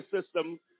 system